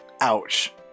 Ouch